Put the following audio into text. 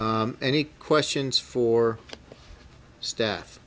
be any questions for staff